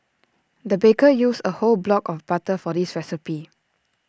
the baker used A whole block of butter for this recipe